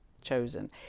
chosen